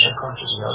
consciousness